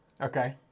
Okay